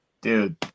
dude